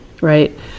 right